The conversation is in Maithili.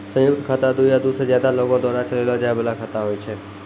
संयुक्त खाता दु या दु से ज्यादे लोगो द्वारा चलैलो जाय बाला खाता होय छै